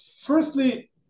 Firstly